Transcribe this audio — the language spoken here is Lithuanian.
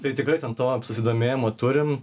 tai tikrai ten to susidomėjimo turim